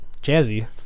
Jazzy